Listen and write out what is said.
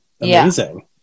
amazing